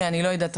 שאני לא יודעת,